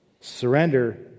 Surrender